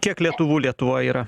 kiek lietuvų lietuvoj yra